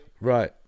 right